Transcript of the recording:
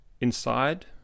inside